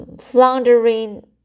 floundering